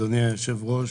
אדוני היושב ראש,